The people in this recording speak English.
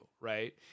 right